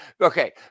okay